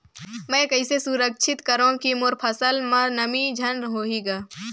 मैं कइसे सुरक्षित करो की मोर फसल म नमी झन होही ग?